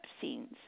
scenes